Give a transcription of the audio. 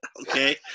okay